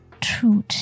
truth